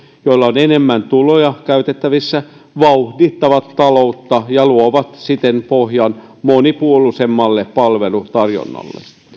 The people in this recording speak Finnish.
joilla on enemmän tuloja käytettävissään vauhdittavat taloutta ja luovat siten pohjan monipuolisemmalle palvelutarjonnalle